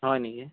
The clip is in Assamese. হয় নেকি